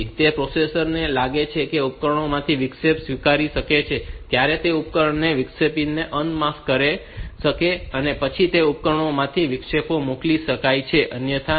તેથી જ્યારે પ્રોસેસર ને લાગે છે કે તે ઉપકરણોમાંથી વિક્ષેપ સ્વીકારી શકે છે ત્યારે તે ઉપકરણોને અને વિક્ષેપોને અનમાસ્ક કરશે અને તે પછી જ તે ઉપકરણોમાંથી વિક્ષેપો મોકલી શકાય છે અન્યથા નહીં